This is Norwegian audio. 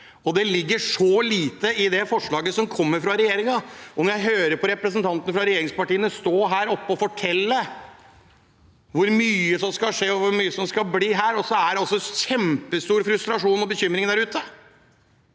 det ligger så lite i forslaget fra regjeringen. Jeg hører representanter fra regjeringspartiene stå her oppe og fortelle hvor mye som skal skje, og hvor mye som skal bli, og så er det altså en kjempestor frustrasjon og bekymring der ute